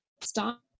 stop